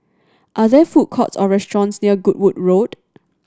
are there food courts or restaurants near Goodwood Road